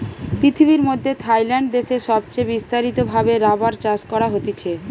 পৃথিবীর মধ্যে থাইল্যান্ড দেশে সবচে বিস্তারিত ভাবে রাবার চাষ করা হতিছে